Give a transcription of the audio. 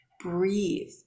breathe